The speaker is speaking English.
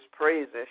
praises